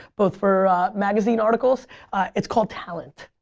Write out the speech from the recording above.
both for magazine articles it's called talent.